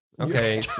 Okay